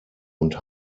und